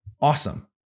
awesome